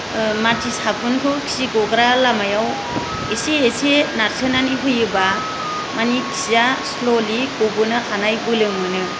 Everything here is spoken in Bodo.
माथि साबुनखौ खि गग्रा लामायाव एसे एसे नारसोनानै होयोबा माने खिया स्ल'लि गबोनो हानाय बोलो मोनो